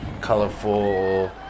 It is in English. colorful